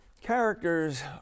Characters